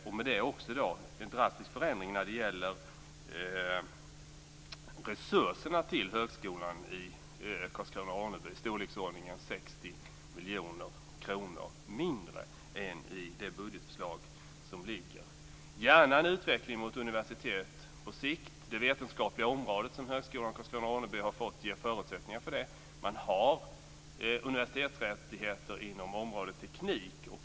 Det är också en drastisk förändring när det gäller resurserna till Högskolan i Karlskrona Ronneby har fått ger förutsättningar för det. Man har universitetsrättigheter inom området teknik.